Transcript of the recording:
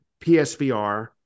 PSVR